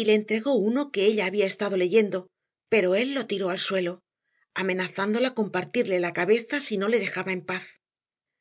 y le entregó uno que ella había estado leyendo pero él lo tiró al suelo amenazándola con partirle la cabeza si no le dejaba en paz